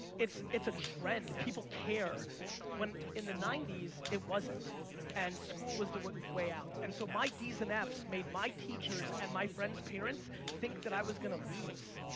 it's it's a trend. people care when in the ninety s it wasn't and school was the way out and so my d's and f's made my teachers and my friends' parents think that i was going to lose.